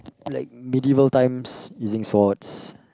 like medieval times using swords